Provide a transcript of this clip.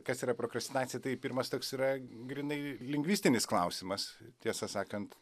kas yra prokrastinacija tai pirmas toks yra grynai lingvistinis klausimas tiesą sakant